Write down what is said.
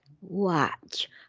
watch